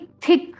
thick